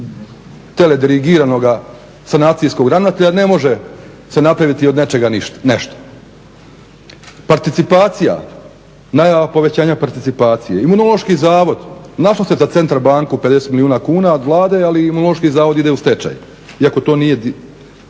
teledigriranoga sanacijskog ravnatelja ne može se napraviti od nečega nešto. Participacija najava povećanja participacije, imunološki zavod, našla se ta Centar banka u 50 milijuna kuna od Vlade ali imunološki zavod ide u stečaj iako to nije